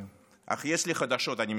אני מסיים, אדוני.